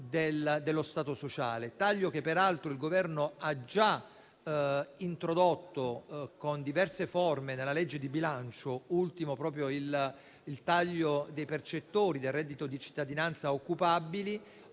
dello Stato sociale, che peraltro il Governo ha già introdotto con diverse forme nella legge di bilancio e da ultimo proprio con il taglio dei percettori del reddito di cittadinanza occupabili,